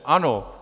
ANO.